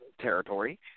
territory